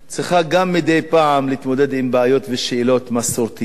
צריכה גם מדי פעם להתמודד עם בעיות ושאלות מסורתיות.